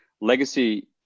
legacy